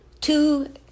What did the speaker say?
Two